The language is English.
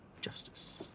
justice